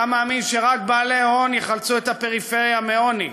אתה מאמין שרק בעלי הון יחלצו את הפריפריה מעוני.